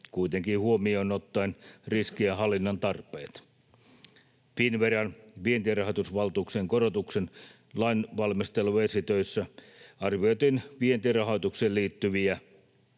kuitenkin huomioon ottaen riskien hallinnan tarpeet. Finnveran vientirahoitusvaltuuksien korotuksen lainvalmisteluesitöissä arvioitiin vientirahoitukseen liittyviä